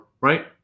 right